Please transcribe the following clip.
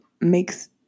makes